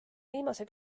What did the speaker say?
viimase